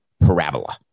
parabola